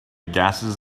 gases